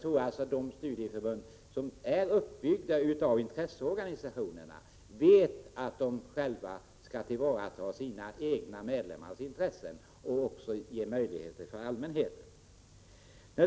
Inom de studieförbund som bygger på intresseorganisationer är man medveten om att man skall tillvarata medlemmarnas intressen samt att även allmänheten skall ha möjligheter i detta sammanhang.